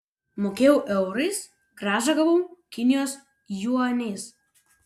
mokėjau eurais grąžą gavau kinijos juaniais